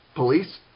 police